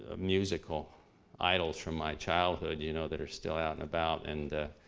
musical idols from my childhood, you know, that are still out and about. and